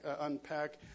unpack